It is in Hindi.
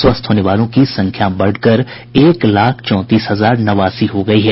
स्वस्थ होने वालों की संख्या बढ़कर एक लाख चौंतीस हजार नवासी हो गयी है